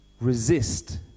Resist